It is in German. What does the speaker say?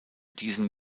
diesen